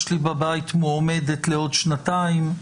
יש לי בבית מועמדת לעוד שנתיים.